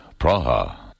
Praha